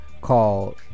Called